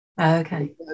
Okay